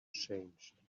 changed